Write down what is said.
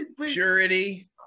purity